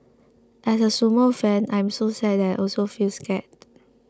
as a sumo fan I am so sad and also feel scared